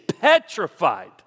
petrified